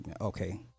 Okay